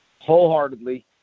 wholeheartedly